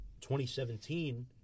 2017